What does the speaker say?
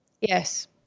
Yes